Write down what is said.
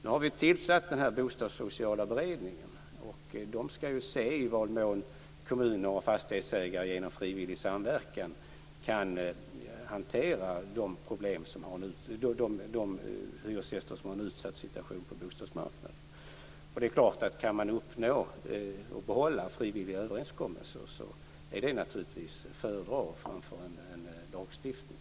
Vi har nu tillsatt den bostadssociala beredningen, och den skall se i vad mån kommuner och fastighetsägare genom frivillig samverkan kan hantera de hyresgäster som har en utsatt situation på bostadsmarknaden. Kan man uppnå och behålla frivilliga överenskommelser är det naturligtvis att föredra framför en lagstiftning.